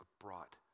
brought